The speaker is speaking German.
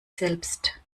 selbst